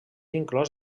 inclòs